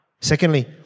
Secondly